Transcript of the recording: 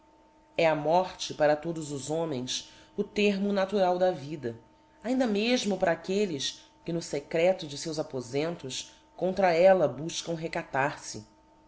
é a morte para todos os homens o termo natural da da ainda mefmo para aquelles que no fecreto de feus apofentos contra ella bufcam recatar fe e